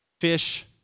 fish